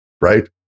right